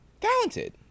Talented